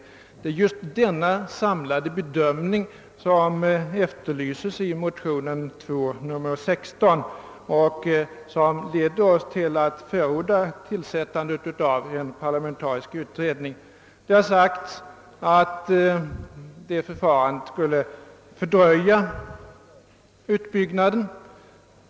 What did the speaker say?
Det är just denna samlade bedömning som efterlyses i motionen II:16 och som föranledde oss att förorda tillsättandet av en parlamentarisk utredning. Det har sagts att detta förfarande skulle fördröja utbyggnaden.